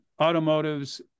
automotives